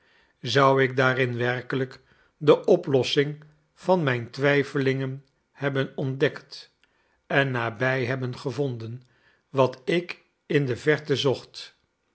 zou ik daarin werkelijk de oplossing van mijn twijfelingen hebben ontdekt en nabij hebben gevonden wat ik in de verte zocht